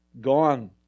gone